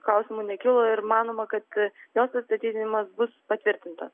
klausimų nekilo ir manoma kad jos atstatydinimas bus patvirtintas